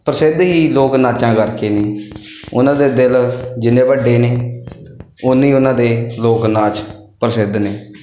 ਪ੍ਰਸਿੱਧ ਹੀ ਲੋਕ ਨਾਚਾਂ ਕਰਕੇ ਨੇ ਉਹਨਾਂ ਦੇ ਦਿਲ ਜਿੰਨੇ ਵੱਡੇ ਨੇ ਉੱਨੇ ਹੀ ਉਹਨਾਂ ਦੇ ਲੋਕ ਨਾਚ ਪ੍ਰਸਿੱਧ ਨੇ